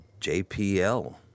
JPL